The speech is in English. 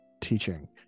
teaching